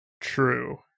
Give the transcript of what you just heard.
True